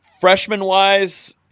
Freshman-wise